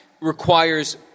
requires